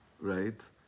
right